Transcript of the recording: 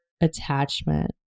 attachment